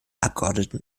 abgeordneten